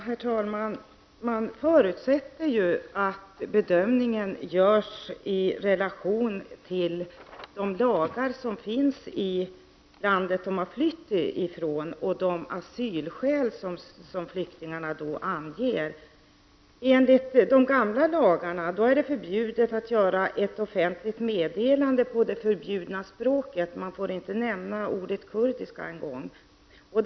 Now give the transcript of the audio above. Herr talman! Jag förutsätter att bedömningen görs i relation till de lagar som finns i de länder som dessa människor har flytt från och till de skäl för asyl som flyktingarna anger. Enligt de gamla turkiska lagarna är det förbjudet att göra ett offentligt meddelande på det förbjudna språket. Ordet kurdiska får inte ens nämnas.